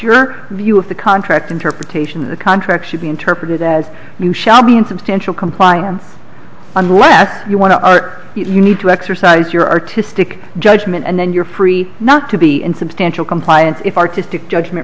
your view of the contract interpretation of the contract should be interpreted as you shall be insubstantial complying or unless you want to art you need to exercise your artistic judgment and then your pre not to be in substantial compliance if artistic judgment